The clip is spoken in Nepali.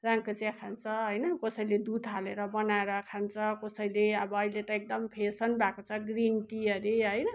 रङको चिया खान्छ होइन कसैले दुध हालेर बनाएर खान्छ कसैले अब अहिले त एकदम फेसन भएको छ ग्रिन टी हरे होइन